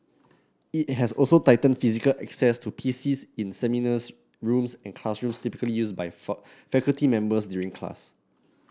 it has also tightened physical access to PCs in seminars rooms and classrooms typically used by faculty members during class